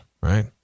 right